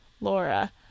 Laura